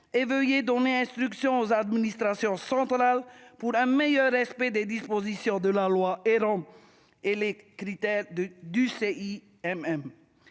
et veuillez donner instruction aux administrations centrales pour un meilleur respect des dispositions de la loi élan et les critères de du C.